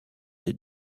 des